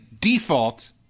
default